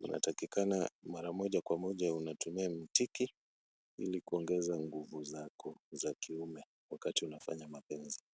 unatakikana mara moja kwa moja unatumia Mtiki, ili kuongeza nguvu zako za kiume wakati unafanya mapenzi.